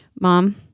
mom